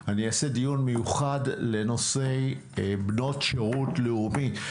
אני אעשה דיון מיוחד לנושא בנות שירות לאומי,